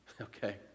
Okay